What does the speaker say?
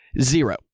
Zero